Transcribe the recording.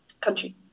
Country